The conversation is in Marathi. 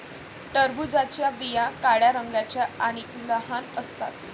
टरबूजाच्या बिया काळ्या रंगाच्या आणि लहान असतात